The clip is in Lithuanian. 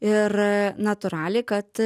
ir natūraliai kad